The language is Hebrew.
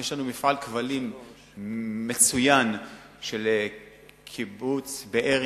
יש לנו מפעל כבלים מצוין של קיבוץ בארי,